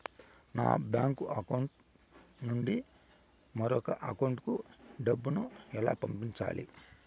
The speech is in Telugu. మా బ్యాంకు అకౌంట్ నుండి మరొక అకౌంట్ కు డబ్బును ఎలా పంపించాలి